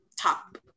top